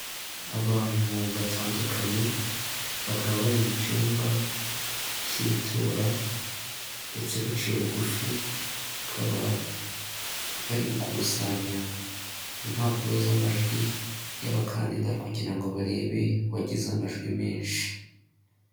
Abantu batandukanye bakaba bari mu cyumba cy'itora ndetse baciye bugufi, bakaba bari gukusanya impapuro z'amajwi y'abakandida kugira ngo barebe wagize amajwi menshi.